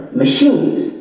machines